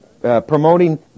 promoting